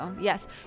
Yes